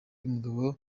y’umugabo